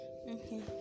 Okay